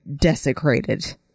desecrated